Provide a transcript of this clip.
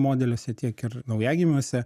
modeliuose tiek ir naujagimiuose